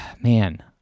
Man